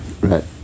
Right